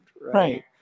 right